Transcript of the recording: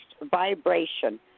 vibration